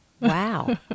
Wow